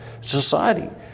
society